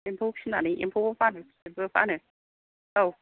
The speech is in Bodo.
एम्फौ फिसिनानै एम्फौबो फानो फिथोबबो फानो औ